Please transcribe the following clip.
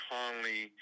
Conley